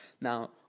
Now